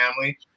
family